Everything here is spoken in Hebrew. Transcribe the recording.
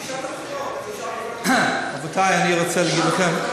את אישרת את הבחירות,